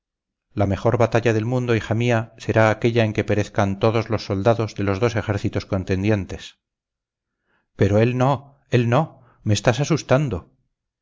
la mejor batalla del mundo hija mía será aquélla en que perezcan todos los soldados de los dos ejércitos contendientes pero él no él no me estás asustando